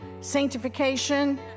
sanctification